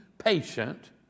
Patient